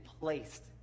placed